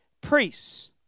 priests